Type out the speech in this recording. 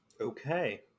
Okay